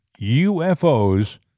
UFOs